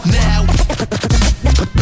now